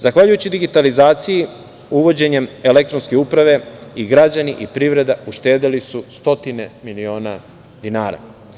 Zahvaljujući digitalizaciji, uvođenjem elektronske uprave i građani i privreda uštedeli su stotine miliona dinara.